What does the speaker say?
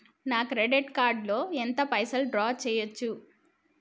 నా credit card లో ఎంత పైసల్ డ్రా చేయచ్చు?